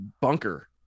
bunker